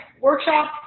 workshop